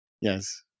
Yes